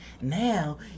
Now